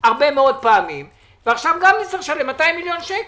הרבה מאוד פעמים ועכשיו גם נצטרך לשלם 200 מיליון שקל.